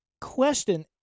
question